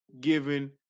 given